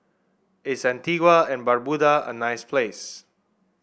is Antigua and Barbuda a nice place